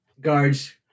guards